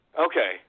Okay